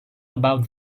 about